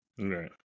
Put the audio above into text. Right